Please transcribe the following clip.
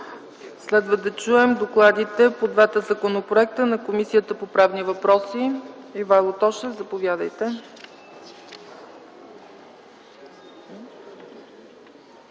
Следва да чуем докладите по двата законопроекта на Комисията по правни въпроси. Заповядайте,